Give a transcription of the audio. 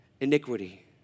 iniquity